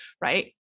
right